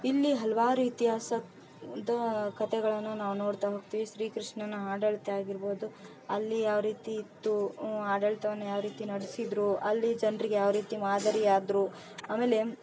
ಇಲ್ಲಿ ಹಲವಾರು ಇತಿಹಾಸ ದ ಕತೆಗಳನ್ನ ನಾವು ನೋಡ್ತಾ ಹೋಗ್ತೀವಿ ಶ್ರೀ ಕೃಷ್ಣನ ಆಡಳಿತ ಆಗಿರ್ಬೋದು ಅಲ್ಲಿ ಯಾವ ರೀತಿ ಇತ್ತು ಆಡಳಿತವನ್ನ ಯಾವ ರೀತಿ ನಡ್ಸಿದ್ದರು ಅಲ್ಲಿ ಜನರಿಗೆ ಯಾವ ರೀತಿ ಮಾದರಿಯಾದರು ಆಮೇಲೆ